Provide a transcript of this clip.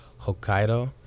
Hokkaido